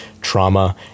trauma